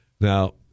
Now